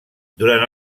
durant